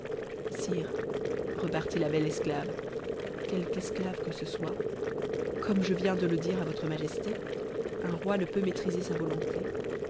sire repartit la belle esclave quelque esclave que ce soit comme je viens de le dire à votre majesté un roi ne peut maîtriser sa volonté